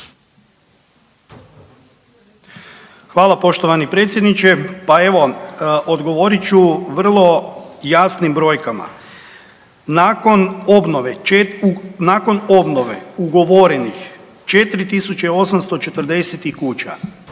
Hvala poštovani predsjedniče. Pa evo, odgovorit ću vrlo jasnim brojkama, nakon obnove, nakon obnove ugovorenih 4840 i kuća,